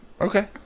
Okay